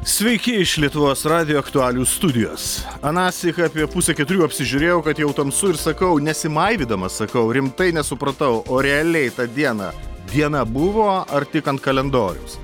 sveiki iš lietuvos radijo aktualijų studijos anąsyk apie pusę keturių apsižiūrėjau kad jau tamsu ir sakau nesimaivydamas sakau rimtai nesupratau o realiai tą dieną diena buvo ar tik ant kalendoriaus